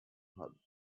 hub